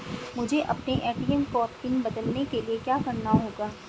मुझे अपने ए.टी.एम का पिन बदलने के लिए क्या करना होगा?